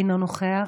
אינו נוכח,